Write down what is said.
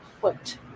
foot